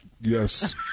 yes